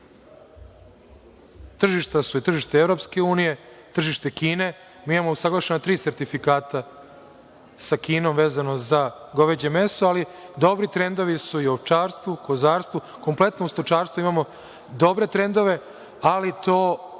tržišta su, tržište i Evropske unije, tržište Kine. Mi imamo usaglašena tri sertifikata sa Kinom vezano za goveđe meso, ali dobri trendovi su i u ovčarstvu, kozarstvu. Kompletno u stočarstvu imamo dobre trendove, ali to